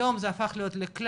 היום זה הפך להיות לכלל,